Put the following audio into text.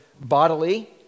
bodily